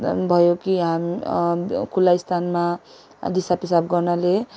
भयो खुला स्थानमा दिसा पिसाब गर्नाले